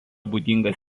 būdingas